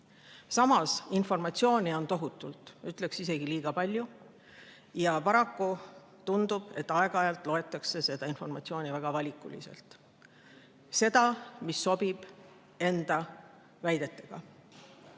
Samas, informatsiooni on tohutult, ütleksin, et isegi liiga palju. Ja paraku tundub, et aeg-ajalt loetakse seda informatsiooni väga valikuliselt – seda, mis sobib enda väidetega.